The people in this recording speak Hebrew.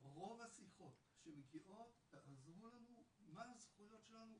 רוב השיחות שמגיעות - "תעזרו לנו מה הזכויות שלנו",